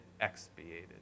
expiated